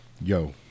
yo